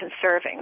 conserving